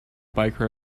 biker